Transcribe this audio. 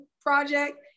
project